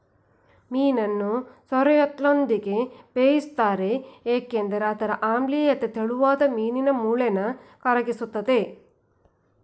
ಮೀನನ್ನು ಸೋರ್ರೆಲ್ನೊಂದಿಗೆ ಬೇಯಿಸ್ತಾರೆ ಏಕೆಂದ್ರೆ ಅದರ ಆಮ್ಲೀಯತೆ ತೆಳುವಾದ ಮೀನಿನ ಮೂಳೆನ ಕರಗಿಸ್ತದೆ